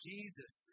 Jesus